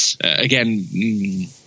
again